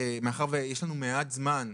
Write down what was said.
מאחר ויש לנו מעט זמן,